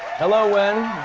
hello wen,